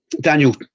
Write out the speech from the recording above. Daniel